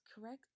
correct